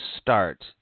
start